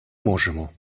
можемо